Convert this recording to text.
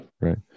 Right